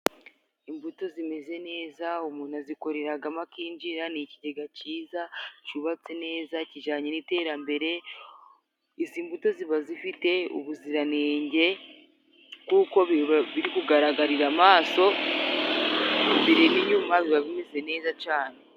Imbuto zimeze neza, umuntu azikoreragamo akinjira, ni ikigega ciza cubatse neza, kijanye n'iterambere . Izi mbuto ziba zifite ubuziranenge kuko biba biri kugaragarira amaso biri n'inyuma biba bimeze neza cane.